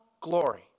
glory